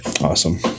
awesome